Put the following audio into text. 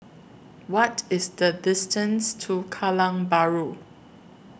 What IS The distance to Kallang Bahru